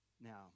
Now